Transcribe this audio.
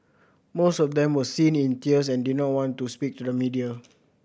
most of them were seen in tears and did not want to speak to the media